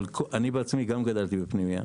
אני בעצמי גם גדלתי בפנימייה